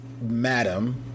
madam